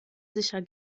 sicher